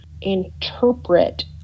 interpret